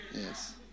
yes